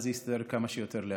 זה יסתדר כמה שיותר לאט.